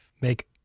make